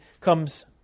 comes